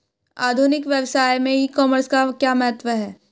आधुनिक व्यवसाय में ई कॉमर्स का क्या महत्व है?